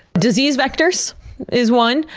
disease vectors is one.